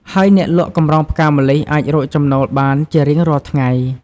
ហើយអ្នកលក់កម្រងផ្កាម្លិះអាចរកចំណូលបានជារៀងរាល់ថ្ងៃ។